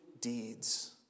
deeds